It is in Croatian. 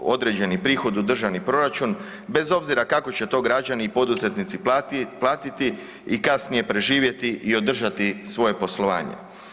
određeni prihod u državni proračun, bez obzira kako će to građani i poduzetnici platiti i kasnije preživjeti i održati svoje poslovanje.